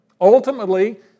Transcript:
Ultimately